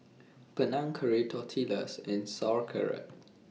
Panang Curry Tortillas and Sauerkraut